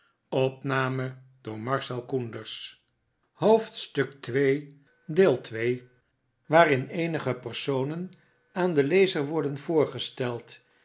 waarin eenige personen aan den lezer worden voorgesteld